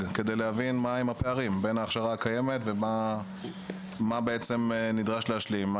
כדי להבין מהם הפערים בין ההכשרה הקיימת ומה נדרש להשלים.